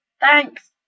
thanks